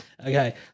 Okay